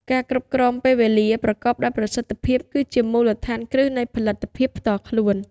ការគ្រប់គ្រងពេលវេលាប្រកបដោយប្រសិទ្ធភាពគឺជាមូលដ្ឋានគ្រឹះនៃផលិតភាពផ្ទាល់ខ្លួន។